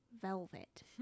velvet